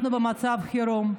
אנחנו במצב חירום,